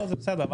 זה בסדר.